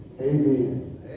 Amen